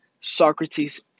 Socrates